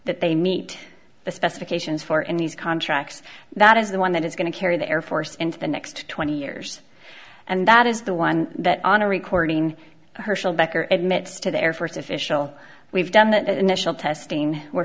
that they meet the specifications for in these contracts that is the one that is going to carry the air force into the next twenty years and that is the one that on a recording herschel becker admits to their first official we've done that initial testing we're